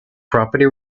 property